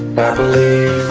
believe,